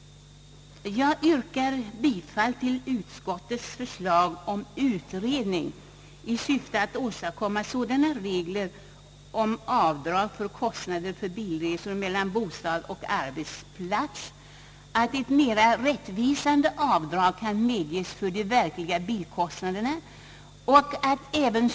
Jag yrkar bifall till utskottets förslag om utredning i syfte att åstadkomma sådana regler om avdrag för kostnader för bilresor mellan bostad och arbetsplats, att de avdrag som kan medges mera närmar sig de verkliga bilkostnaderna.